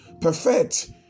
perfect